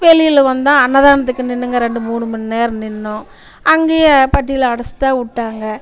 வெளியில் வந்தால் அன்னதானத்துக்கு நின்னோங்க ரெண்டு மூணு மணி நேரம் நின்றோம் அங்கேயும் பட்டியில் அடைச்சி தான் விட்டாங்க